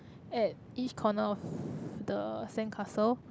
at each corner of the sandcastle